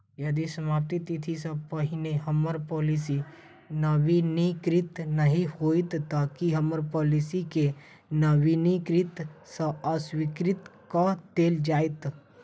यदि समाप्ति तिथि सँ पहिने हम्मर पॉलिसी नवीनीकृत नहि होइत तऽ की हम्मर पॉलिसी केँ नवीनीकृत सँ अस्वीकृत कऽ देल जाइत?